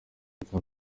y’uko